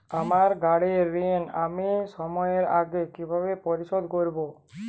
আমার গাড়ির ঋণ আমি সময়ের আগে কিভাবে পরিশোধ করবো?